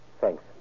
Thanks